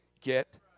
Get